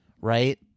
right